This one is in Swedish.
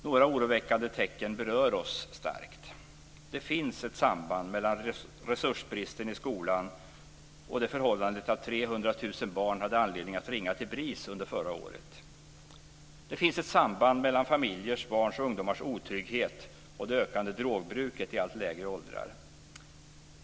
Några oroväckande tecken berör oss starkt. Det finns ett samband mellan resursbristen i skolan och det förhållandet att 300 000 barn hade anledning att ringa till BRIS under förra året. Det finns ett samband mellan familjers, barns och ungdomars otrygghet och det ökande drogbruket allt lägre åldrar.